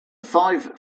five